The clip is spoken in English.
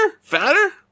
Fatter